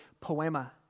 poema